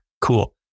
Cool